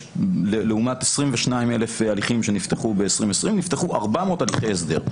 לעומת 22 אלף הליכים שנפתחו ב-2020 נפתחו 400 הליכי הסדר.